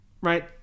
Right